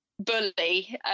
Bully